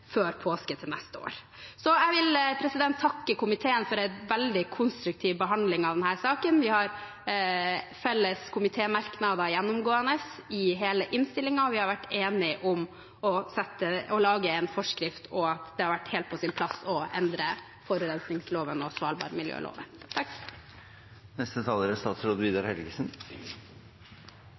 før påske til neste år. Jeg vil takke komiteen for en veldig konstruktiv behandling av denne saken. Vi har felles komitémerknader gjennomgående i hele innstillingen, og vi har vært enige om å lage en forskrift, og at det har vært helt på sin plass å endre forurensningsloven og svalbardmiljøloven.